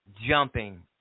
jumping